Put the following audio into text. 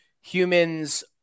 humans